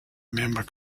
member